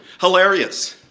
hilarious